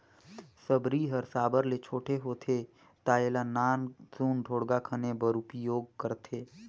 सबरी हर साबर ले छोटे होथे ता एला नान सुन ढोड़गा खने बर उपियोग करथे